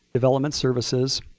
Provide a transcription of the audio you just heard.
development services,